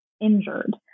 injured